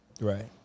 Right